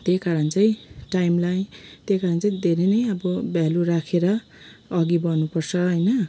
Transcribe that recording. त्यही कारण चाहिँ टाइमलाई त्यही कारण चाहिँ धेरै नै अब भ्यालू राखेर अघि बढ्नुपर्छ होइन